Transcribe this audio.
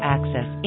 Access